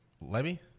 Levy